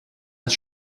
das